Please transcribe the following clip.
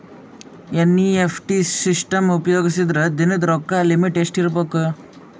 NEFT system ಉಪಯೋಗಿಸಿದರ ದಿನದ ರೊಕ್ಕದ ಲಿಮಿಟ್ ಎಷ್ಟ ಇರಬೇಕು?